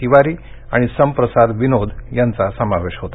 तिवारी संप्रसाद विनोद यांचा समावेश होता